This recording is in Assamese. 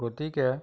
গতিকে